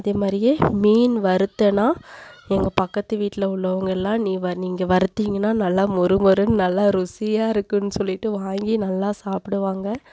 அதே மாதிரியே மீன் வறுத்தேன்னா எங்கள் பக்கத்து வீட்டில் உள்ளவங்க எல்லாம் நீ வ நீங்கள் வறுத்திங்கன்னா நல்லா மொறு மொறுனு நல்லா ருசியாருக்கும்னு சொல்லிட்டு வாங்கி நல்லா சாப்பிடுவாங்க